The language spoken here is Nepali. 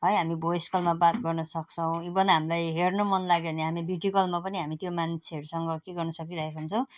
है हामी भोइसकलमा बात गर्न सक्छौँ इभन हामीलाई हेर्नु मन लाग्यो भने हामी भिडियोकलमा पनि हामी त्यो मान्छेहरूसँग के गर्नु सकिरहेका हुन्छौँ